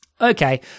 okay